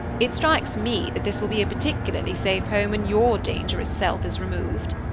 it strikes me that this will be a particularly safe home when your dangerous self is removed,